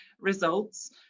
results